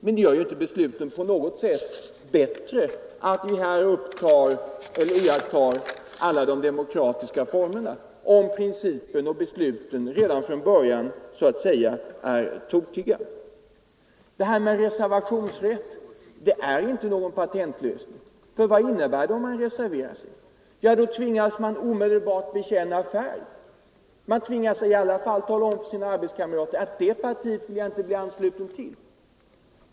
Men det gör inte besluten i och för sig på något sätt bättre att vi iakttar alla de demokratiska formerna om förslagen redan från början är tokiga. Reservationsrätten är inte någon patentlösning. Vad innebär det om man reserverar sig? Då tvingas man att omedelbart bekänna färg. Man tvingas i alla fall att tala om för sina arbetskamrater att det partiet vill man inte bli ansluten till.